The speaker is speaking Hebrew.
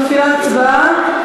אני מפעילה הצבעה.